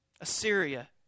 Assyria